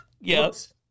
Yes